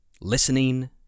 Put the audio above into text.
listening